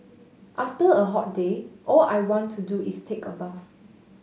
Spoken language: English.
after a hot day all I want to do is take a bath